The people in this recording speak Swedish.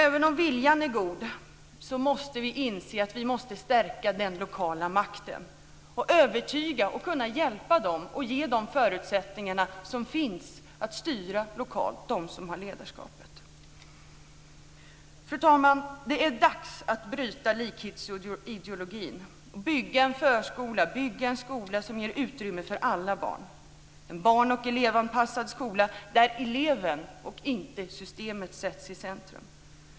Även om viljan är god måste vi inse att vi måste stärka den lokala makten. Vi måste kunna ge dem som har ledarskapet förutsättningarna att styra lokalt. Fru talman! Det är dags att bryta likhetsideologin, att bygga en förskola och skola som ger utrymme för alla barn, en barn och elevanpassad skola där eleven och inte systemet sätts i centrum.